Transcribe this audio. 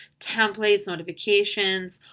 templates, notifications,